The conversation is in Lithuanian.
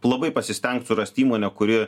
labai pasistengt surast įmonę kuri